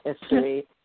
history